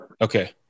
Okay